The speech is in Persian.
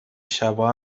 شبا